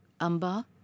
Amba